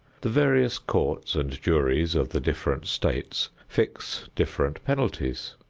the various courts and juries of the different states fix different penalties.